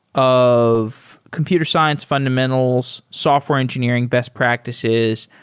of computer science fundamentals, software engineering best practices,